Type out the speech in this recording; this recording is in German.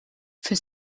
für